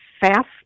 fast